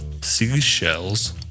Seashells